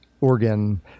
organ